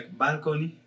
balcony